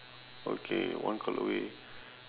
okay one call away